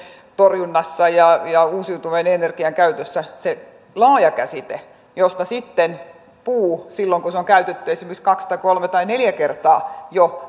torjunnassa ja ja uusiutuvan energian käytössä se laaja käsite josta sitten puu silloin kun se on käytetty jo kaksi kolme tai neljä kertaa